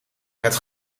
het